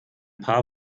paar